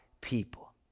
people